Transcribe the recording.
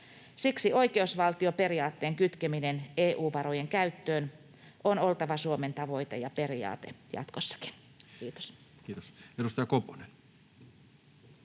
Siksi oikeusvaltioperiaatteen kytkemisen EU-varojen käyttöön on oltava Suomen tavoite ja periaate jatkossakin. — Kiitos. Kiitos. — Edustaja Koponen.